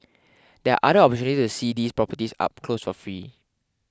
there're other opportunities to see these properties up close for free